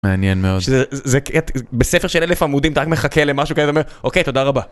מעניין מאוד. בספר של אלף עמודים אתה רק מחכה למשהו כזה, אומר, אוקיי, תודה רבה.